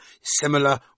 similar